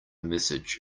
message